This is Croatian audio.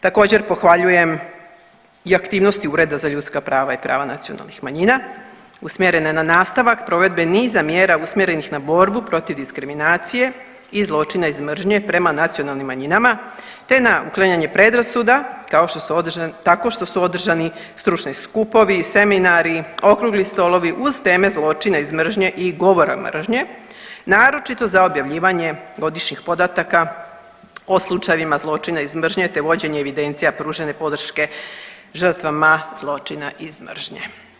Također pohvaljujem i aktivnosti Ureda za ljudska prava i prava nacionalnih manjina usmjerene na nastavak provedbe niza mjera usmjerenih na borbu protiv diskriminacije i zločina iz mržnje prema nacionalnim manjinama, te na uklanjanje predrasuda tako što su održani stručni skupovi, seminari, okrugli stolovi uz teme zločina iz mržnje i govora mržnje, naročito za objavljivanje godišnjih podataka o slučajevima zločina iz mržnje, te vođenje evidencija pružene podrške žrtvama zločina iz mržnje.